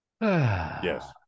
yes